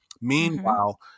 Meanwhile